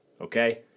Okay